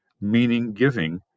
meaning-giving